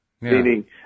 meaning